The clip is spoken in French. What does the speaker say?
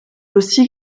aussi